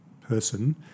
person